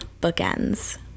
bookends